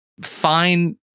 fine